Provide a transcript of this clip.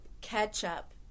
Ketchup